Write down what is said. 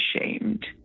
ashamed